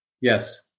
Yes